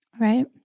Right